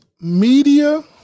media